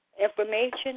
information